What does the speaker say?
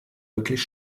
wirklich